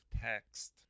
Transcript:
text